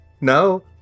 No